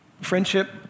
Friendship